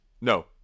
no